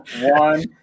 one